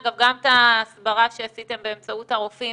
אגב, גם את ההסברה שעשיתם באמצעות הרופאים